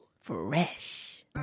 Fresh